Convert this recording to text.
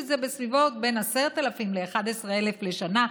שהוא בין 10,000 ל-11,000 לשנה.